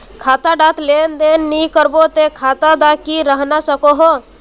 खाता डात लेन देन नि करबो ते खाता दा की रहना सकोहो?